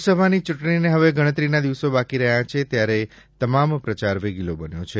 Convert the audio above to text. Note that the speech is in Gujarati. લોકસભાની ચૂંટણીને હવે ગણતરીના દિવસો બાકી રહ્યા છે ત્યારે તમામ પ્રચાર વેગીલો બન્યો છે